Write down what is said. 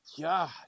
God